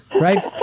Right